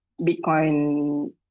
Bitcoin